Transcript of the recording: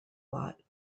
lot